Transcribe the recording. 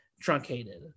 truncated